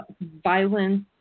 violence